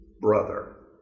brother